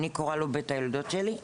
אני קוראת לו בית היולדות שלי,